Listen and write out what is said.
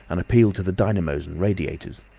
and appealed to the dynamos radiators.